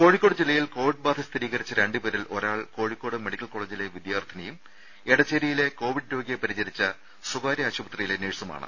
കോഴിക്കോട് ജില്ലയിൽ കോവിഡ് ബാധ സ്ഥിരീകരിച്ച രണ്ടുപേരിൽ ഒരാൾ കോഴിക്കോട് മെഡിക്കൽ കോളേജിലെ വിദ്യാർത്ഥിനിയും എടച്ചേരിയിലെ കോവിഡ് രോഗിയെ പരിചരിച്ച സ്വകാര്യ ആശുപത്രിയിലെ നഴ്സുമാണ്